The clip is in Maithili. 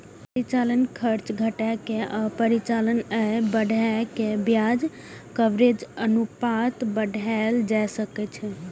परिचालन खर्च घटा के आ परिचालन आय बढ़ा कें ब्याज कवरेज अनुपात बढ़ाएल जा सकै छै